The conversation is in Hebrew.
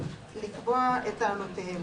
קופות החולים מקבלות הם המבצע,